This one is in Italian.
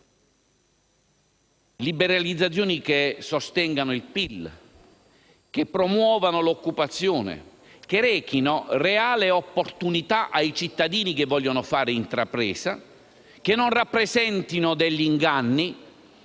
Liberalizzazioni che sostengano il PIL, che promuovano l'occupazione, che rechino reale opportunità ai cittadini che vogliono fare intrapresa, che non rappresentino degli inganni.